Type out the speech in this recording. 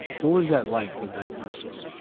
what was that like, the diagnosis?